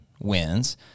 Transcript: wins